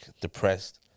depressed